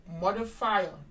modifier